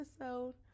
episode